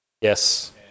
Yes